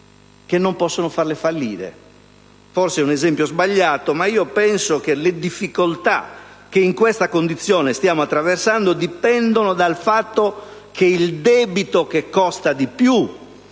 non possono farle fallire. Forse è un esempio sbagliato, ma penso che le difficoltà che in questa condizione stiamo attraversando dipendano dal fatto che il debito che costa di più